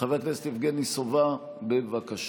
חבר הכנסת יבגני סובה, בבקשה.